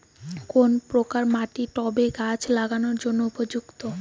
কোন প্রকার মাটি টবে গাছ লাগানোর জন্য উপযুক্ত?